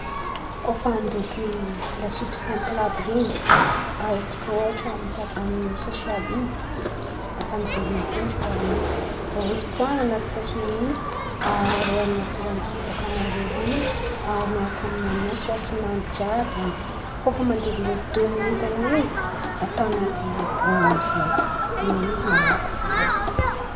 Kô fa andoky lasopy simply àby ren̈y, raisitsika ôhatra amy-paty amy sase àby in̈y, ampandevezin̈y atsendriky ran̈o avy eo izy poahan̈a an̈aty sase in̈y aharo an̈aty ran̈o bôka nandevy in̈y aharo miaraka amin̈any ao sôsin̈any jiàby oe kô fa mandevindevy diô miniota eo izy atao an̈aty bôly amizay in̈y Izy malaky vita oe.